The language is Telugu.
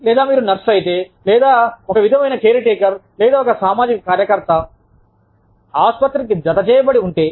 లేదా మీరు నర్సు అయితే లేదా ఒక విధమైన కేర్ టేకర్ లేదా ఒక సామాజిక కార్యకర్త ఆసుపత్రికి జతచేయబడి ఉంటే